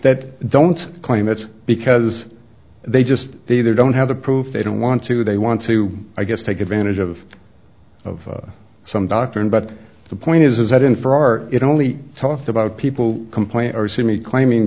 that don't claim it's because they just they either don't have the proof they don't want to they want to i guess take advantage of of some doctrine but the point is that in for art it only talked about people complaining or see me claiming